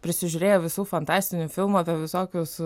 prisižiūrėjo visų fantastinių filmų apie visokius